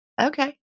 Okay